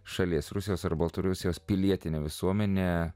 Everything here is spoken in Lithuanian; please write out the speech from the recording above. šalies rusijos ar baltarusijos pilietine visuomene